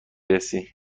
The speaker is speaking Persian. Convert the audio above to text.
رسی